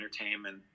entertainment